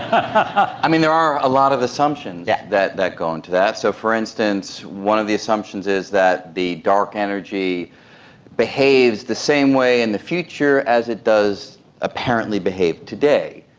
i mean, there are a lot of assumptions yeah that that go into that. so, for instance, one of the assumptions is that the dark energy behaves the same way in the future as it does apparently behave today.